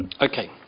Okay